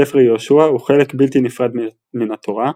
ספר יהושע הוא חלק בלתי נפרד מן התורה,